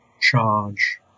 charge